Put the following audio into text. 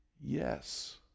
yes